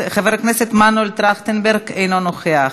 חבר הכנסת מנו טרכטנברג, אינו נוכח.